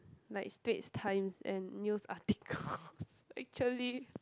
like Strait Times and news articles actually